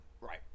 Right